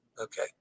Okay